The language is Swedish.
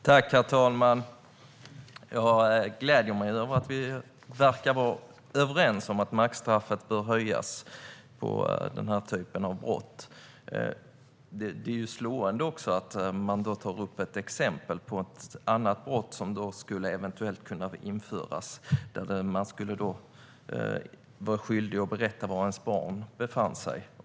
Herr talman! Jag gläder mig över att vi verkar vara överens om att maxstraffet bör höjas för den här typen av brott. Det är slående att statsrådet tar upp ett exempel på ett annat brott som eventuellt skulle kunna införas, nämligen att vara skyldig att berätta var ens barn befinner sig.